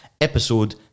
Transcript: episode